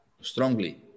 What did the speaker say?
strongly